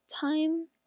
time